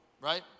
right